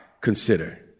consider